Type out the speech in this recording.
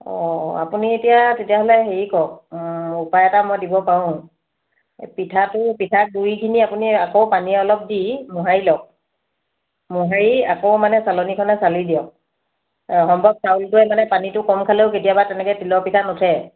অঁ অঁ আপুনি এতিয়া তেতিয়াহ'লে হেৰি কৰক উপায় এটা মই দিব পাৰোঁ এই পিঠাটো পিঠাগুড়িখিনি আপুনি আকৌ পানী অলপ দি মোহাৰি লওক মোহাৰি আকৌ মানে চালনীখনে চালি দিয়ক অঁ সম্ভৱ চাউলটোৱে মানে পানীটো কম খালেও কেতিয়াবা তেনেকৈ তিলৰ পিঠা নুঠে